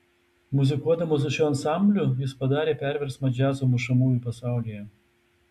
muzikuodamas su šiuo ansambliu jis padarė perversmą džiazo mušamųjų pasaulyje